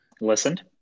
Listened